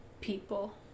people